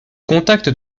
contact